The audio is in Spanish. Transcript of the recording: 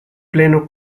pleno